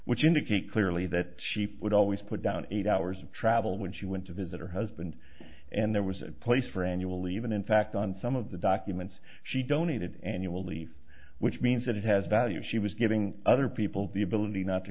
which indicate clearly that sheep would always put down eight hours of travel when she went to visit her husband and there was a place for annual even in fact on some of the documents she donated annual leave which means that it has value she was giving other people the ability not to